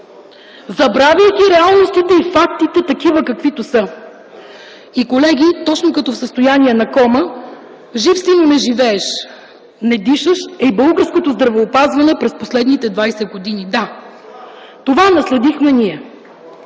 …забравяйки реалностите и фактите такива, каквито са. Колеги, точно като в състояние на кома – жив си, но не живееш, не дишаш, е българското здравеопазване през последните 20 години. Да, това наследихме ние.